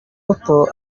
muto